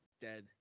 dead